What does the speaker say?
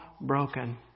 broken